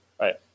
Right